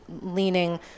leaning